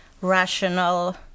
rational